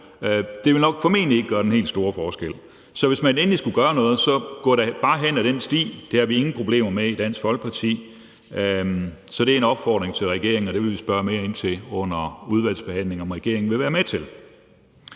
Det vil formentlig ikke gøre den helt store forskel. Så hvis man endelig skulle gøre noget, så gå da bare hen ad den sti. Det har vi ingen problemer med i Dansk Folkeparti. Så det er en opfordring til regeringen, og det vil vi spørge mere ind til under udvalgsbehandlingen, altså om regeringen vil være med til